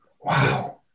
Wow